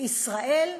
"ישראל היום".